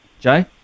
Jay